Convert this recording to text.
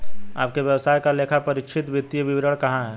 आपके व्यवसाय का लेखापरीक्षित वित्तीय विवरण कहाँ है?